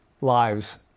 lives